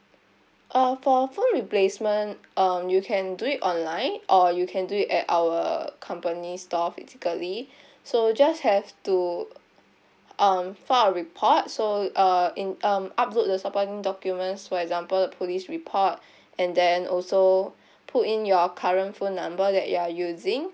uh for phone replacement um you can do it online or you can do it at our company store physically so just have to um file a report so uh and um upload the supporting documents for example the police report and then also put in your current phone number that you are using